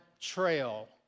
trail